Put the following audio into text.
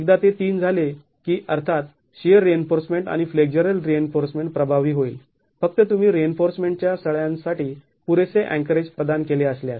एकदा ते तीन झाले की अर्थात शिअर रिइन्फोर्समेंट किंवा फ्लेक्झरल रिइन्फोर्समेंट प्रभावी होईल फक्त तुम्ही रिइन्फोर्समेंटच्या सळयांसाठी पुरेसे अँकरेज प्रदान केले असल्यास